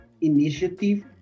initiative